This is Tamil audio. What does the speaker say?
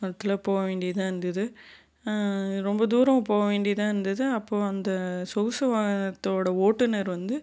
அதில் போக வேண்டியதாக இருந்துது ரொம்ப தூரம் போக வேண்டியதாக இருந்துது அப்போ அந்த சொகுசு வாகனத்தோடய ஓட்டுநர் வந்து